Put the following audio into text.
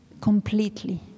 completely